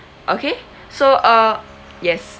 okay so uh yes